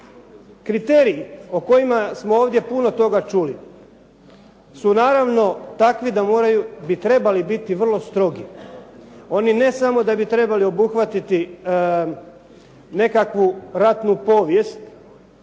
Kriteriji o kojima smo ovdje puno toga čuli su naravno takvi da moraju, bi trebali biti vrlo strogi. Oni ne samo da bi trebali obuhvatiti nekakvu ratnu povijest,